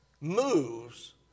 moves